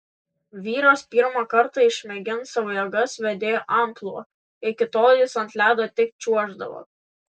vyras pirmą kartą išmėgins savo jėgas vedėjo amplua iki tol jis ant ledo tik čiuoždavo